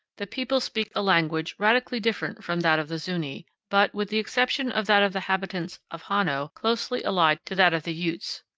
the people speak a language radically different from that of the zuni, but, with the exception of that of the inhabitants of hano, closely allied to that of the utes.